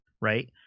Right